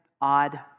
odd